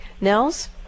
Nels